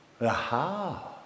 Aha